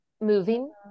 moving